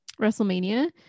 Wrestlemania